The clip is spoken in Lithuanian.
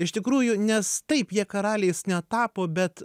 iš tikrųjų nes taip jie karaliais netapo bet